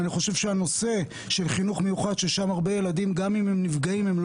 אני חושב שבחינוך המיוחד יש הרבה ילדים שגם